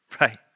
right